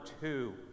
two